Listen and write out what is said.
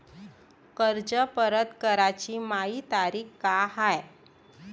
कर्ज परत कराची मायी तारीख का हाय?